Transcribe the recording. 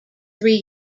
three